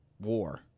War